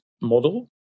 model